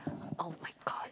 [oh]-my-god